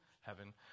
heaven